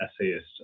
essayist